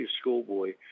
schoolboy